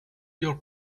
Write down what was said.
your